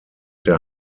der